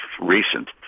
recent